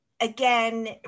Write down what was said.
again